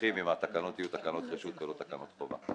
המבוטחים אם התקנות יהיו תקנות רשות ולא תקנות חובה.